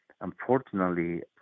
unfortunately